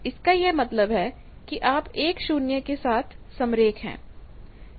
इसका यह मतलब है कि आप 1 0 के साथ समरेख collinearकोलीनियर हैं